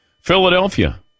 Philadelphia